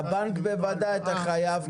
לבנק בוודאי אתה חייב,